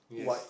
yes